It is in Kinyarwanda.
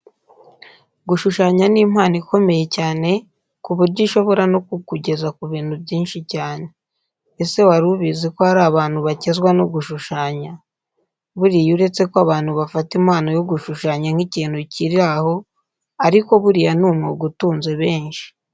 Gushushanya ni impano ikomeye cyane ku buryo ishobora no kukugeza ku bintu byinshi cyane. Ese wari ubizi ko hari abantu bakizwa no gushushanya? Buriya uretse ko abantu bafata impano yo gushushanya nk'ikintu kiri aho ariko buriya ni umwuga utunze benshi.